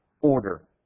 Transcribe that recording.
order